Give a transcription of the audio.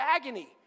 agony